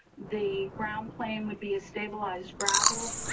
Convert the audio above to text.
the ground plane would be a stabilized gravel.